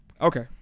Okay